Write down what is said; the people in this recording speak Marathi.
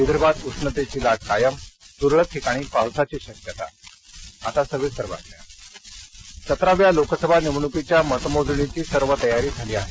विदर्भात उष्णतेची लाट कायम तुरळक ठिकाणी पावसाची शक्यता मतमोजणी तयारी सतराव्या लोकसभा निवडणुकीच्या मतमोजणीची सर्व तयारी झाली आहे